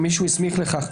או מי שהוא הסמיך לכך,